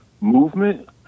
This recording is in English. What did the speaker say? movement